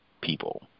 people